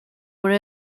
were